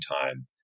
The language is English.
time